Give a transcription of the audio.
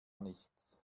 nichts